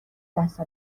دست